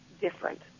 different